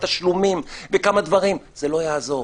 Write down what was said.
תשלומים וכמה דברים זה לא יעזור.